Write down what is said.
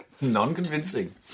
Non-convincing